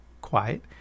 quiet